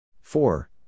Four